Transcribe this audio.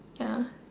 ya